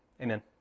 amen